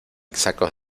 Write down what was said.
sacos